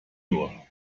nur